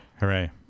Hooray